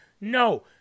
No